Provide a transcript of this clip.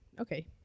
okay